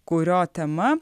kurio tema